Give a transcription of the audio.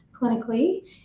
clinically